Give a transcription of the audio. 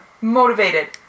motivated